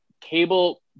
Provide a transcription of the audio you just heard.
Cable